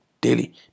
daily